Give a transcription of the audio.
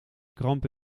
kramp